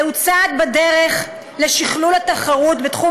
זהו צעד בדרך לשכלול התחרות בתחום